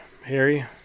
Harry